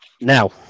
Now